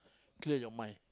clear your mind